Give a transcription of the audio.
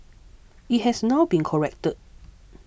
it has now been corrected